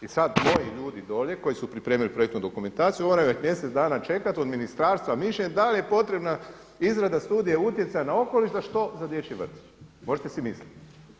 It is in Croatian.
I sada moji ljudi dolje koji su pripremili projektnu dokumentaciju moraju mjesec dana čekat od ministarstva mišljenje da li je potrebna izrada studije utjecaja na okoliš za što za dječji vrtić, možete si misliti.